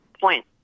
point